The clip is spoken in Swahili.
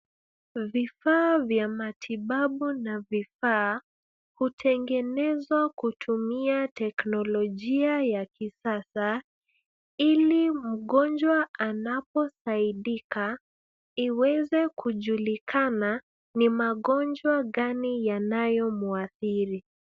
Vifaa vya matibabu na vifaa hutengenezwa kutumia teknolojia ya kisasa ili mgonjwa anaposaidika iweze kujilikana ni magonjwa gani yanayomwathiri.